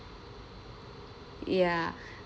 ya